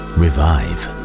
revive